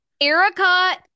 Erica